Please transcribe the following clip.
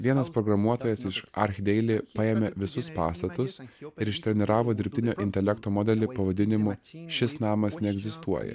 vienas programuotojas iš archdeily paėmė visus pastatus ir ištreniravo dirbtinio intelekto modelį pavadinimu šis namas neegzistuoja